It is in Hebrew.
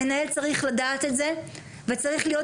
המנהל צריך לדעת את זה וצריך להיות